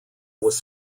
was